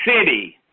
city